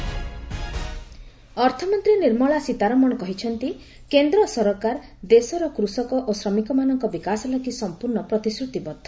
FM budget ଅର୍ଥମନ୍ତ୍ରୀ ନିର୍ମଳା ସୀତାରମଣ କହିଛନ୍ତି କେନ୍ଦ୍ର ସରକାର ଦେଶର କୃଷକ ଓ ଶ୍ରମିକମାନଙ୍କ ବିକାଶ ଲାଗି ସମ୍ପର୍ଣ୍ଣ ପ୍ରତିଶ୍ରତିବଦ୍ଧ